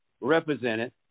represented